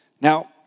Now